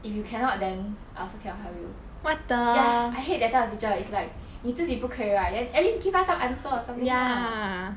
if you cannot then I also cannot help you ya I hate that type of teacher is like 你自己不可以 right then at least give us some answer or something lah